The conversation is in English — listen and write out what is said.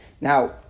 Now